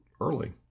early